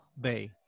Bay